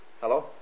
Hello